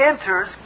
enters